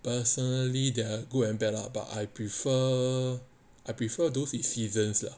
personally they are good and bad lah but I prefer I prefer those with seasons lah